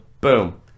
Boom